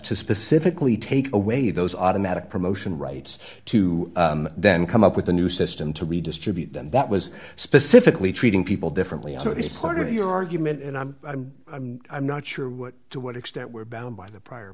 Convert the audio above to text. to specifically take away those automatic promotion rights to then come up with a new system to redistribute them that was specifically treating people differently so it's part of your argument and i'm i'm not sure what to what extent we're bound by the prior